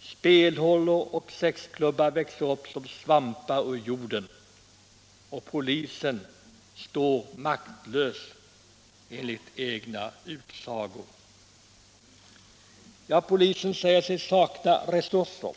Spelhålor och sexklubbar växer upp som svampar ur jorden, och polisen står maktlös — enligt egen utsago. Ja, polisen säger sig sakna resurser.